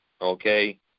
okay